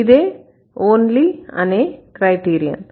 ఇదే only అనే criterion